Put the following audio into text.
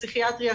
פסיכיאטריה,